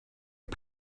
are